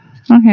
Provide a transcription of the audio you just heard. okay